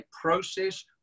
process